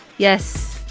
yes,